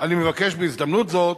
אני מבקש בהזדמנות זאת